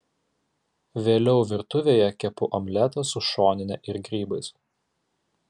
vėliau virtuvėje kepu omletą su šonine ir grybais